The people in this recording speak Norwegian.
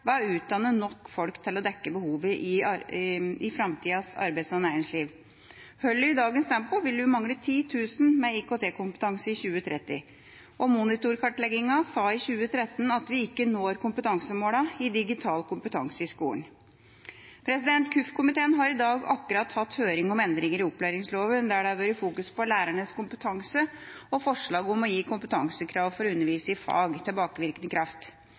utdanne nok folk til å dekke behovet i framtidas arbeids- og næringsliv. Holder vi dagens tempo, vil vi mangle 10 000 med IKT-kompetanse i 2030, og Monitor-kartlegginga i 2013 sa at vi ikke når kompetansemålene for digital kompetanse i skolen. KUF-komiteen har i dag hatt høring om endringer i opplæringsloven, der det har vært fokus på lærernes kompetanse og forslag om å gi kompetansekrav for å undervise i fag tilbakevirkende kraft.